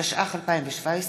התשע"ח 2017,